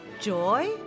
joy